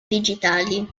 digitali